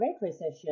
Recession